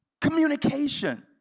communication